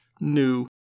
new